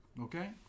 Okay